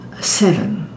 seven